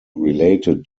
related